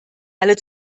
alle